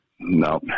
No